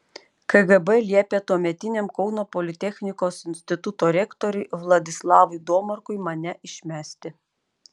kgb liepė tuometiniam kauno politechnikos instituto rektoriui vladislavui domarkui mane išmesti